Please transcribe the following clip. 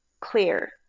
clear